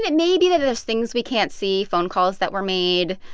it may be that there's things we can't see, phone calls that were made.